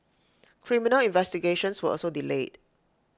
criminal investigations were also delayed